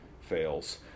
fails